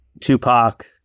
Tupac